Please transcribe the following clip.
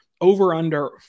Over-under